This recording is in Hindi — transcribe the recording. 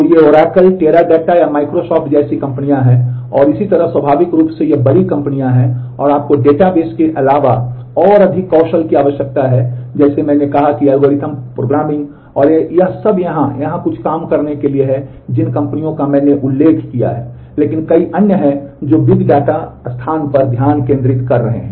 तो ये Oracle Teradata या Microsoft जैसी कंपनियाँ हैं और इसी तरह स्वाभाविक रूप से ये बड़ी कंपनियाँ हैं और आपको डेटाबेस के अलावा और अधिक कौशल की आवश्यकता है जैसे मैंने कहा कि एल्गोरिदम प्रोग्रामिंग और यह सब यहाँ और यहाँ कुछ काम करने के लिए है जिन कंपनियों का मैंने उल्लेख किया है लेकिन कई अन्य हैं जो बिग डेटा स्थान पर ध्यान केंद्रित कर रहे हैं